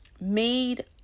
made